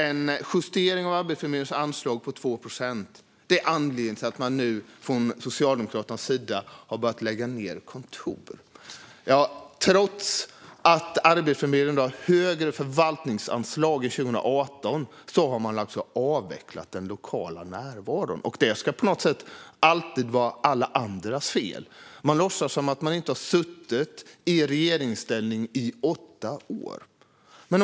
En justering av Arbetsförmedlingens anslag på 2 procent skulle alltså vara anledningen till Socialdemokraterna nu har börjat lägga ned kontor. Trots att Arbetsförmedlingen har högre förvaltningsanslag än 2018 har man avvecklat den lokala närvaron. Och detta är på något sätt alltid alla andras fel. Man låtsas som att man inte har suttit i regeringsställning i åtta år.